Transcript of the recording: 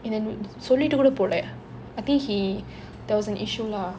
சொல்லிட்டு கூட போகல:sollittu kooda pogale I think he I think there was an issue lah